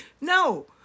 No